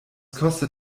kostet